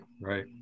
right